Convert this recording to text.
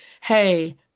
hey